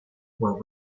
were